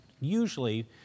usually